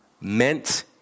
meant